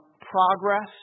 progress